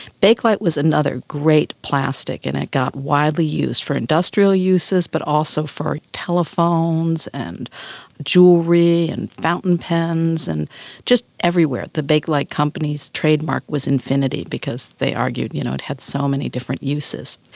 bakelite was another great plastic and it got widely used for industrial uses but also for telephones and jewellery and fountain pens, and just everywhere. the bakelite company's trademark was infinity because, they argued, you know it had so many different uses.